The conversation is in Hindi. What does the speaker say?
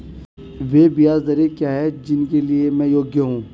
वे ब्याज दरें क्या हैं जिनके लिए मैं योग्य हूँ?